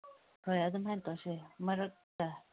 ꯍꯣꯏ ꯑꯗꯨꯃꯥꯏꯅ ꯇꯧꯁ ꯃꯔꯛꯇ